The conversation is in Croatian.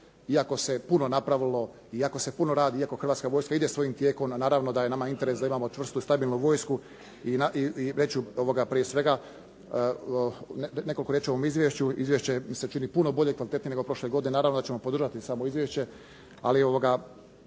Iako se puno napravilo, iako se puno radi, iako Hrvatske vojska ide svojim tijekom, naravno da je nama interes da imamo čvrstu i stabilnu vojsku. I reći ću prije svega nekoliko riječi o ovom izvješću. Izvješće se čini puno bolje i kvalitetnije nego prošle godine. Naravno da ćemo podržati samo izvješće, ali vratit